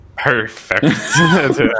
Perfect